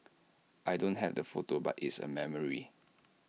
I don't have the photo but it's A memory